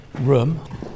room